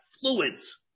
fluids